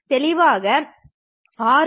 தெளிவாக RL